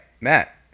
Matt